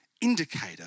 indicator